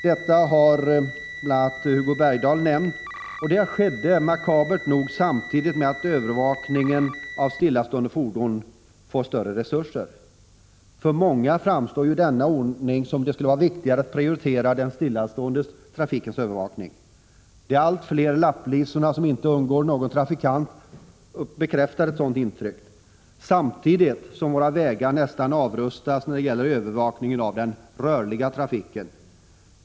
Som bl.a. Hugo Bergdahl nämnde har detta makabert nog skett samtidigt som övervakningen av stillastående fordon har fått större resurser. För många framstår ju denna ordning som om det är viktigare att prioritera övervakningen av den stillastående trafiken. De allt fler lapplisorna som inte undgår någon trafikant bekräftar ett sådant intryck. Samtidigt avrustas nästan våra vägar när det gäller övervakningen av den rörliga trafiken.